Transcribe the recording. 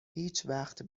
هیچوقت